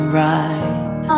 right